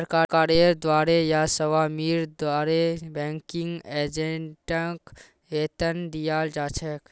सरकारेर द्वारे या स्वामीर द्वारे बैंकिंग एजेंटक वेतन दियाल जा छेक